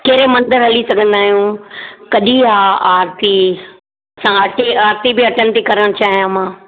कहिड़े मंदर हली सघंदा आहियूं कॾहिं हा आरती हा आरती आरती बि अटैंड थी करण चाहियां मां